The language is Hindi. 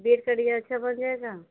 बेड का लिए अच्छा बन जाएगा